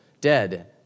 Dead